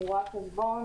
אני רואת חשבון,